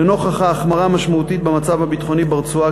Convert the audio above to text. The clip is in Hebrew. לנוכח ההחמרה המשמעותית במצב הביטחוני ברצועה,